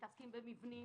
מתעסקים במבנים.